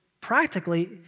practically